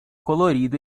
colorido